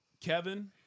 Kevin